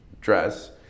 dress